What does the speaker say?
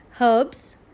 herbs